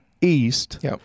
east